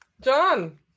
John